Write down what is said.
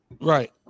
Right